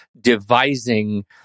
devising